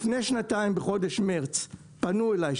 לפני שנתיים בחודש מרץ פנו אליי,